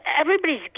everybody's